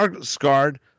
Scarred